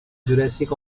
jurassic